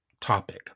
topic